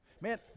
Man